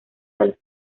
del